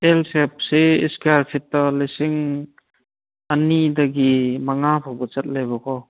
L ꯁꯦꯞꯁꯤ square ꯐꯤꯠꯇ ꯂꯤꯁꯤꯡ ꯑꯅꯤꯗꯒꯤ ꯃꯉꯥ ꯐꯥꯎꯕ ꯆꯠꯂꯦꯕꯀꯣ